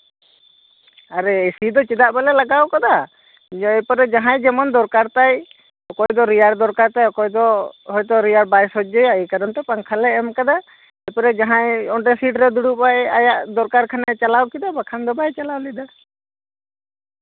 AC ᱫᱚ ᱪᱮᱫᱟᱜ ᱵᱟᱞᱮ ᱞᱟᱜᱟᱣ ᱠᱟᱫᱟ ᱤᱭᱟᱨ ᱯᱚᱨᱮ ᱡᱟᱸᱦᱟᱭ ᱡᱮᱢᱚᱱ ᱫᱚᱨᱠᱟᱨ ᱛᱟᱭ ᱚᱠᱚᱭ ᱫᱚ ᱨᱮᱭᱟᱲ ᱫᱚᱨᱠᱟᱨ ᱛᱟᱭ ᱚᱠᱚᱭ ᱫᱚ ᱨᱮᱭᱟᱲ ᱵᱟᱭ ᱥᱚᱡᱡᱚᱭᱟ ᱮᱭ ᱠᱟᱨᱚᱱᱛᱮ ᱯᱟᱝᱠᱷᱟᱞᱮ ᱮᱢ ᱠᱟᱫᱟ ᱛᱟᱨᱯᱚᱨᱮ ᱚᱱᱰᱮ ᱡᱟᱦᱟᱸᱭ ᱥᱤᱴᱨᱮ ᱫᱩᱲᱩᱵᱽ ᱟᱭ ᱟᱭᱟᱜ ᱫᱚᱨᱠᱟᱨ ᱠᱷᱟᱱᱮ ᱪᱟᱞᱟᱣ ᱠᱮᱫᱟ ᱵᱟᱝᱠᱷᱟᱱ ᱫᱚ ᱵᱟᱭ ᱪᱟᱞᱟᱣ ᱞᱮᱫᱟ